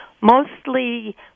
Mostly